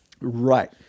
Right